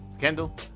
Kendall